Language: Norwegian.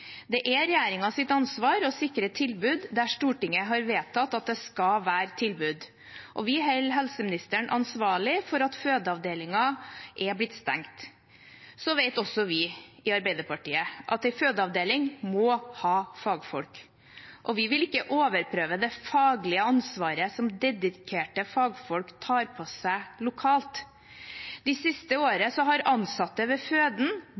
har vedtatt at det skal være et tilbud, og vi holder helseministeren ansvarlig for at fødeavdelingen er blitt stengt. Også vi i Arbeiderpartiet vet at en fødeavdeling må ha fagfolk, og vi vil ikke overprøve det faglige ansvaret som dedikerte fagfolk tar på seg lokalt. Det siste året har ansatte ved føden,